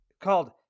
called